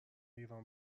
ایران